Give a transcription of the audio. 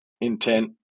intent